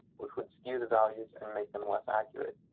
which would skew the values and make them less accurate.